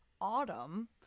autumn